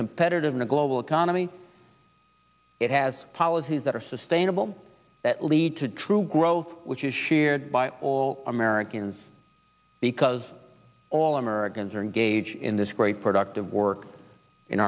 competitiveness global economy it has policies that are sustainable that lead to true growth which is shared by all americans because all americans are engage in this great productive work in